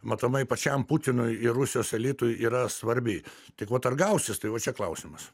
matomai pačiam putinui ir rusijos elitui yra svarbi tik vat ar gausis tai va čia klausimas